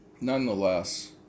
nonetheless